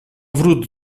vrut